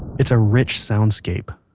it's a rich soundscape,